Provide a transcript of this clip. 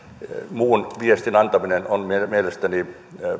muun viestin antaminen on mielestäni